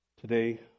today